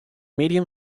medium